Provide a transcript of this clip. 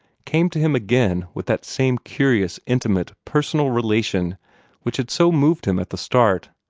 came to him again with that same curious, intimate, personal relation which had so moved him at the start,